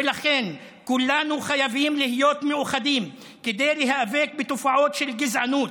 ולכן כולנו חייבים להיות מאוחדים כדי להיאבק בתופעות של גזענות,